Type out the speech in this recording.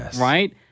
right